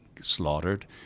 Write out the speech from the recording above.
slaughtered